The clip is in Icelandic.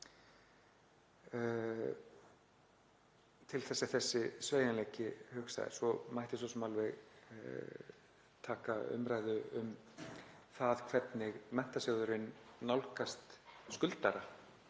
Til þess er þessi sveigjanleiki hugsaður. Svo mætti svo sem alveg taka umræðu um það hvernig Menntasjóðurinn nálgast skuldara